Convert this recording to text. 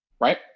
right